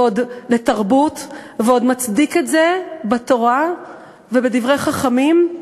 ועוד מצדיק את זה בתורה ובדברי חכמים?